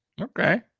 Okay